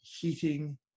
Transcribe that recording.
heating